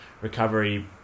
Recovery